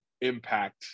impact